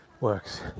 works